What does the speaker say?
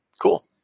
cool